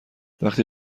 وقتی